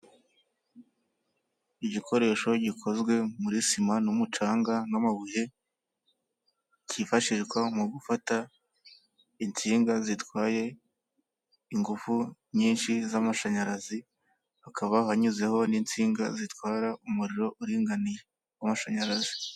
Igikoresho gikozwe muri sima n'umucanga n'amabuye cyifashishwa mu gufata insinga zitwaye ingufu nyinshi z'amashanyarazi, hakaba hanyuzeho n'insinga zitwara umuriro uringaniye w'amashanyarazi.